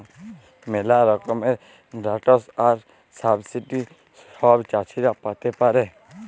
ম্যালা রকমের গ্র্যালটস আর সাবসিডি ছব চাষীরা পাতে পারে